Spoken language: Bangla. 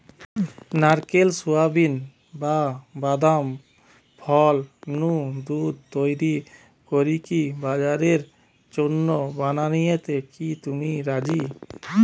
নারকেল, সুয়াবিন, বা বাদাম ফল নু দুধ তইরি করিকি বাজারের জন্য বানানিয়াতে কি তুমি রাজি?